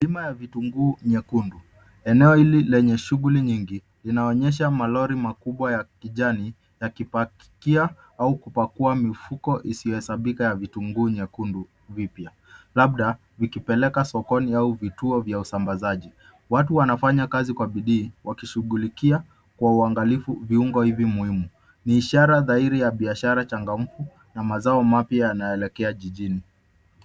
Dhima ya vitunguu nyekundu eneo hili lenye shughuli nyingi inaonyesha malori makubwa ya kijani ya kipakia au kupakua mifuko isiyohesabika ya vitunguu nyekundu vipya labda ikipeleka sokoni au vituo vya usambazaji, watu wanafanya kazi kwa bidii wakishughulikia kwa uangalifu viungo hivi muhimu ni ishara dhahiri ya biashara changamfu na mazao mapya yanaelekea jijini.